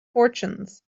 fortunes